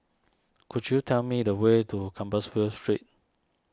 could you tell me the way to Compassvale Street